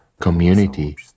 community